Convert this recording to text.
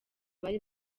bari